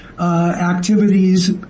activities